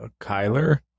kyler